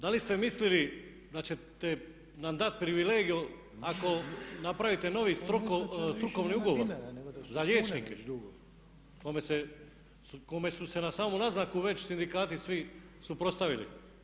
Da li ste mislili da ćete nam dati privilegiju ako napravite novi strukovni ugovor za liječnike kome su se na samu naznaku već sindikati svi suprotstavili.